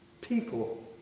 people